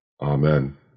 Amen